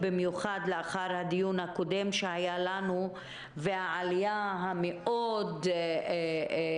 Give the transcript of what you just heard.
במיוחד לאחר הדיון הקודם שהיה לנו והעלייה מאוד מבהילה,